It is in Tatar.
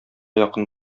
якын